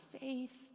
faith